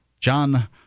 John